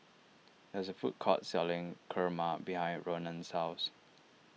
there is a food court selling Kurma behind Ronan's house